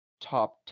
top